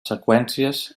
seqüències